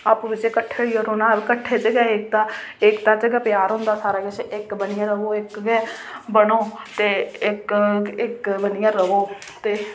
आपूं बिचें किट्ठे होइयै रौह्ना ते किट्ठे च गै एकता एकता च गै प्यार होंदा सारा किश इक्क बनियै र'वो इक्क गै बनो ते इक्क बनियै र'वो ते